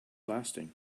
lasting